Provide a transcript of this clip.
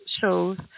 shows